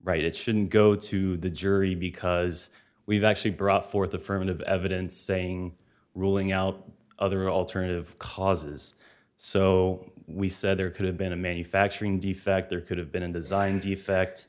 right it shouldn't go to the jury because we've actually brought forth affirmative evidence saying ruling out other alternative causes so we said there could have been a manufacturing defect there could have been design defect